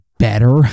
better